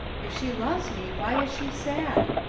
if she loves me, why is she sad?